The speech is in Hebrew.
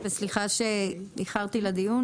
וסליחה שאיחרתי לדיון,